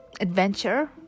adventure